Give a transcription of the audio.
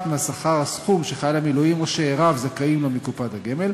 מהשכר הסכום שחייל המילואים או שאיריו זכאים לו מקופת הגמל,